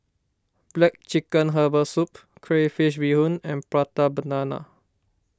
Black Chicken Herbal Soup Crayfish BeeHoon and Prata Banana